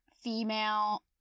female